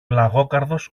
λαγόκαρδος